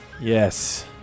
Yes